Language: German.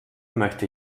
möchte